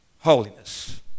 holiness